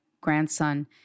grandson